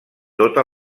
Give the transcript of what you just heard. tota